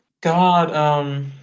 God